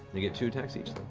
they get two attacks each.